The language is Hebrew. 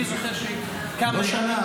אני זוכר --- לא שנה,